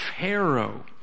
Pharaoh